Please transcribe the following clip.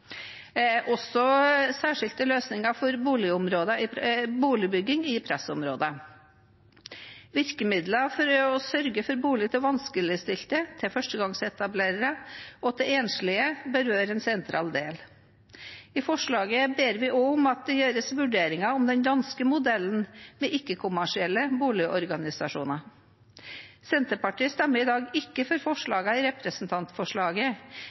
også særskilte løsninger for boligbygging i pressområder. Virkemidlene for å sørge for bolig til vanskeligstilte, til førstegangsetablerere og til enslige bør være en sentral del. I forslaget ber vi også om at det gjøres vurderinger av den danske modellen med ikke-kommersielle boligorganisasjoner. Senterpartiet stemmer i dag ikke for forslagene i representantforslaget,